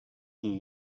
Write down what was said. qui